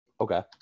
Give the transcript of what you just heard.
Okay